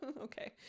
okay